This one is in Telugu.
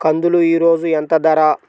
కందులు ఈరోజు ఎంత ధర?